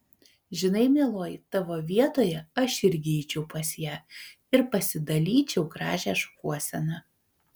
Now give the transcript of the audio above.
žinai mieloji tavo vietoje aš irgi eičiau pas ją ir pasidalyčiau gražią šukuoseną